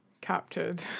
captured